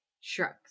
shrugs